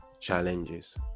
challenges